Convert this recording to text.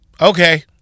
okay